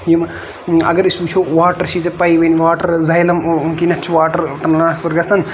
یِم اَگر أسۍ وٕچھو واٹر چھِ ژےٚ پَیی واٹر زایلَم کِنتھ چھُ واٹڑ ٹرانَسفر گژھان